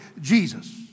Jesus